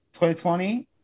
2020